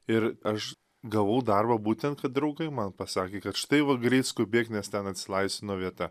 ir aš gavau darbą būten kad draugai man pasakė kad štai va greit skubėk nes ten atsilaisvino vieta